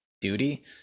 duty